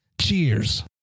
Cheers